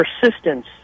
persistence